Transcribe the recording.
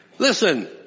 Listen